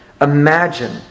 Imagine